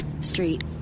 Street